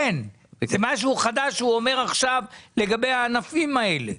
זה משהו חדש שהוא אומר עכשיו לגבי הענפים האלה.